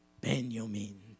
Benjamin